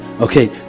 Okay